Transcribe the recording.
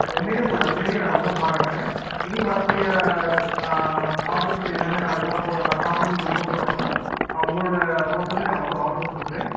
உண்மையில் உங்களோட சேவையை நான் ரொம்ப பாராட்டுறேன் இனி வரக்கூடிய ஆடர்ஸ் எல்லாமே நான் இதாக போ நான் சாப்பிடணுன்னு விருப்பப்பட்டாக்கூட நான் உங்களோட ஹோட்டல்யே நான் வந்து ஆட்ரு கொடுக்குறேன்